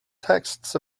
texts